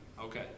Okay